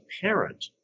parent